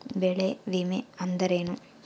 ಬೆಳೆ ವಿಮೆ ಅಂದರೇನು?